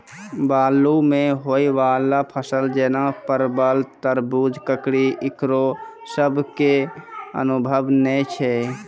बालू मे होय वाला फसल जैना परबल, तरबूज, ककड़ी ईकरो सब के अनुभव नेय छै?